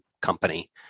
company